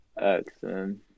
Excellent